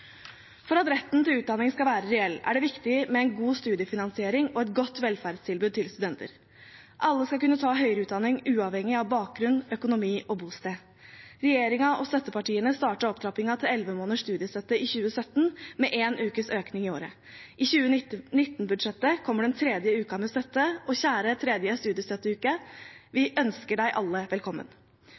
For at retten til utdanning skal være reell, er det viktig med en god studiefinansiering og et godt velferdstilbud til studenter. Alle skal kunne ta høyere utdanning uavhengig av bakgrunn, økonomi og bosted. Regjeringen og støttepartiene startet opptrappingen til elleve måneders studiestøtte i 2017 med en ukes økning i året. I 2019-budsjettet kommer den tredje uken med støtte – og kjære tredje studiestøtteuke, vi ønsker deg alle velkommen.